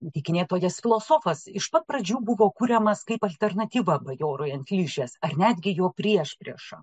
dykinėtojas filosofas iš pat pradžių buvo kuriamas kaip alternatyva bajorui ant ližės ar netgi jo priešprieša